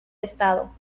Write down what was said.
estado